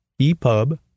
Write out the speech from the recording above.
EPUB